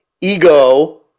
ego